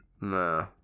Nah